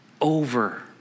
over